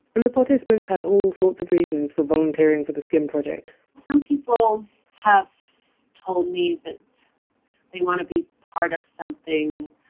and the participants had all sorts of reasons for volunteering for the skin project some people have told me that they want to be part of something